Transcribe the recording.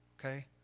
okay